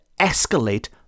escalate